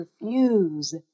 refuse